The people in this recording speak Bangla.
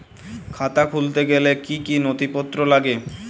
খাতা খুলতে গেলে কি কি নথিপত্র লাগে?